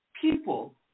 people